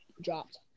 dropped